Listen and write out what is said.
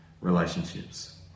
relationships